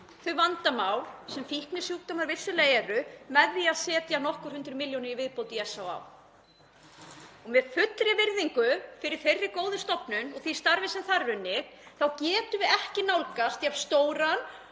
það vandamál sem fíknisjúkdómar vissulega eru með því að setja nokkur hundruð milljónir í viðbót í SÁÁ. Með fullri virðingu fyrir þeirri góðu stofnun og því starfi sem þar er unnið þá getum við ekki nálgast jafn stóran